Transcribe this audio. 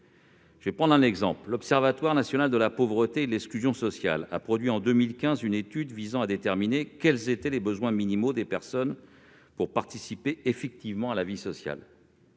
dans cet hémicycle. L'Observatoire national de la pauvreté et de l'exclusion sociale a produit en 2015 une étude visant à déterminer quels étaient les besoins minimaux des personnes pour participer effectivement à la vie sociale.